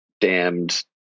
damned